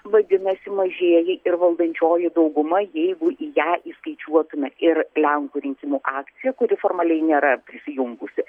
vadinasi mažėja ir valdančioji dauguma jeigu į ją įskaičiuotume ir lenkų rinkimų akciją kuri formaliai nėra prisijungusi